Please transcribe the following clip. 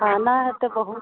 खाना तो बहुत कुछ